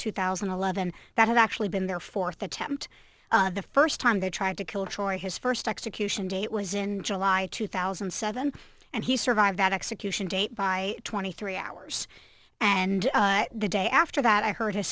two thousand and eleven that had actually been their fourth attempt the first time they tried to kill joy his first execution date was in july two thousand and seven and he survived that execution date by twenty three hours and the day after that i heard his